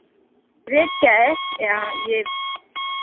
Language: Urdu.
ریٹ کیا ہے یہاں یہ